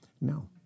No